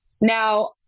Now